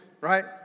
right